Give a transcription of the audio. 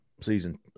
season